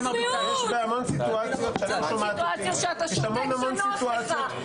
זה היה פיגוע נפשע שצריך לגנות אותו בכל לשון של גינוי,